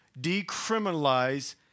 decriminalize